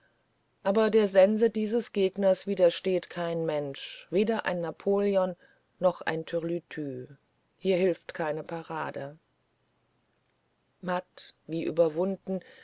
aber der sense dieses gegners widersteht kein mensch weder ein napoleon noch ein türlütü hier hilft keine parade matt wie überwunden